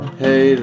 hey